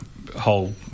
Whole